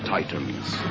Titans